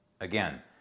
again